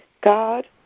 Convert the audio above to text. God